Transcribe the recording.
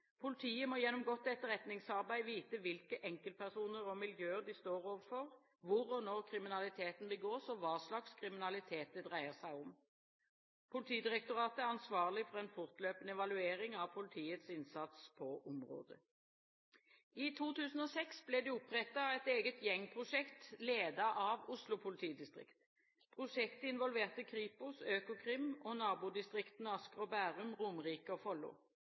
Politiet må gjennom godt etterretningsarbeid vite hvilke enkeltpersoner og miljøer de står overfor, hvor og når kriminaliteten begås, og hva slags kriminalitet det dreier seg om. Politidirektoratet er ansvarlig for en fortløpende evaluering av politiets innsats på området. I 2006 ble det opprettet et eget gjengprosjekt, ledet av Oslo politidistrikt. Prosjektet involverte Kripos, Økokrim og nabodistriktene Asker og Bærum, Romerike og Follo.